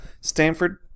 Stanford